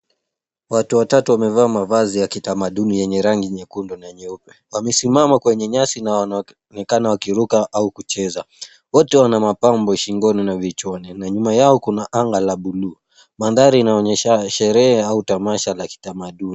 Watu watatu wamevaa mavazi ya kitamaduni yenye rangi nyekundu na nyeupe. Wamesimama kwenye nyasi na wanaonekana wakiruka au kucheza. Wote wana mapambo shingoni na vichwani, na nyuma yao kuna anga la bluu. Mandhari inaonyesha sherehe au tamasha la kitamaduni.